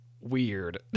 weird